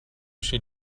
she